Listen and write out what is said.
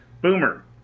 Boomer